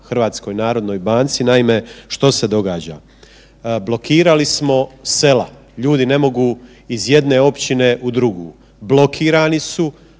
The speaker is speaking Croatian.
Vladi i prema HNB-u. Naime, što se događa? Blokirali smo sela, ljudi ne mogu iz jedne općine u drugu, blokirani su,